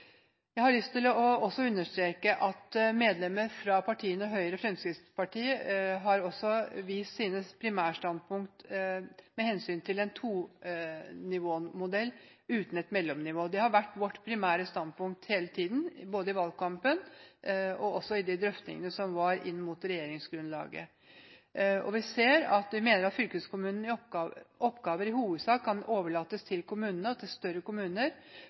Jeg har lyst til å understreke at medlemmer fra partiene Høyre og Fremskrittspartiet også har vist sitt primærstandpunkt med hensyn til en tonivåmodell uten et mellomnivå. Det har vært vårt primære standpunkt hele tiden, både i valgkampen og i de drøftingene som var inn mot regjeringsgrunnlaget. Vi mener at fylkeskommunens oppgaver i hovedsak kan overlates til kommunene, til større kommuner, og at en kommunereform sånn sett vil legge til rette for et større